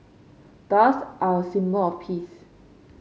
doves are a symbol of peace